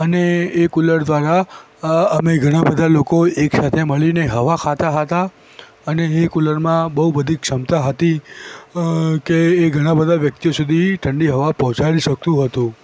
અને એ કુલર દ્વારા અમે ઘણા બધા લોકો એકસાથે મળીને હવા ખાતા હતા અને એ કૂલરમાં બહુ બધી ક્ષમતા હતી કે એ ઘણા બધા વ્યકિતઓ સુધી ઠંડી હવા પહોંચાડી શકતું હતું